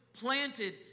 planted